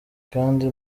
kandi